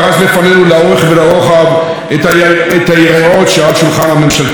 היריעות שעל השולחן הממשלתי: יריעה ביטחונית,